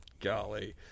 golly